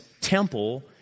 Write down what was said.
temple